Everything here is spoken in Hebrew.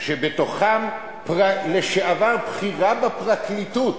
שבתוכם בכירה לשעבר בפרקליטות.